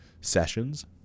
sessions